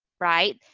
right?